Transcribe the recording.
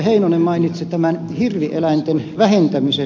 heinonen mainitsi hirvieläinten vähentämisen